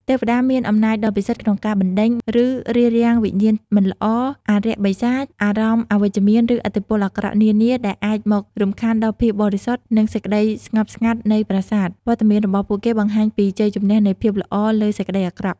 ទេវតាមានអំណាចដ៏ពិសិដ្ឋក្នុងការបណ្ដេញ ឬរារាំងវិញ្ញាណមិនល្អ អារក្សបិសាច អារម្មណ៍អវិជ្ជមាន ឬឥទ្ធិពលអាក្រក់នានា ដែលអាចមករំខានដល់ភាពបរិសុទ្ធ និងសេចក្ដីស្ងប់ស្ងាត់នៃប្រាសាទ វត្តមានរបស់ពួកគេបង្ហាញពីជ័យជំនះនៃភាពល្អលើសេចក្តីអាក្រក់។